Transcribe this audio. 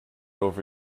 over